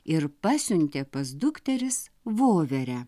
ir pasiuntė pas dukteris voverę